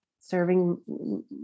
serving